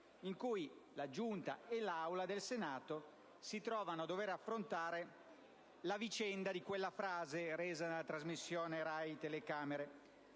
in cui la Giunta e l'Assemblea si trovano a dover affrontare la vicenda di quella frase resa nella trasmissione televisiva